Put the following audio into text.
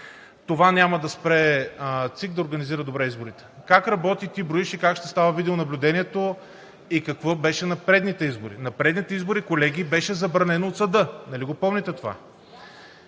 Това няма да спре ЦИК да организира добре изборите. Как работи, „Ти броиш“ и как ще става видеонаблюдението и какво беше на предните избори? На предните избори, колеги, беше забранено от съда, нали го помните това?